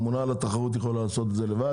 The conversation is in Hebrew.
הממונה על התחרות יכולה לעשות את זה לבד